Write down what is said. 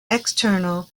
external